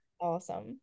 awesome